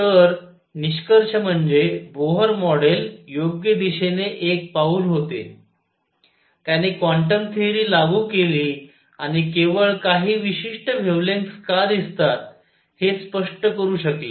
तर निष्कर्ष म्हणजे बोहर मॉडेल योग्य दिशेने एक पाऊल होते त्याने क्वांटम थेअरी लागू केली आणि केवळ काही विशिष्ट वेव्हलेंग्थस का दिसतात हे स्पष्ट करू शकले